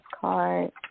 card